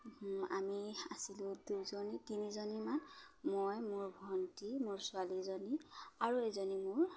আমি আছিলোঁ দুজনী তিনিজনীমান মই মোৰ ভন্টি মোৰ ছোৱালীজনী আৰু এজনী মোৰ